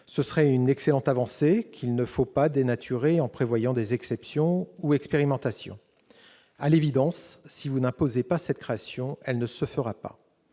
serait une excellente avancée, qu'il ne faut pas dénaturer en prévoyant des exceptions ou expérimentations. À l'évidence, madame la ministre, si vous n'imposez pas cette création, elle ne se fera pas.